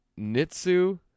Nitsu